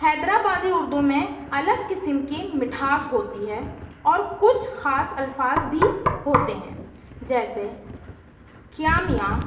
حیدرآبادی اردو میں الگ قسم کی مٹھاس ہوتی ہے اور کچھ خاص الفاظ بھی ہوتے ہیں جیسے کیا میاں